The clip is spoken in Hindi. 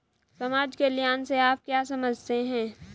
समाज कल्याण से आप क्या समझते हैं?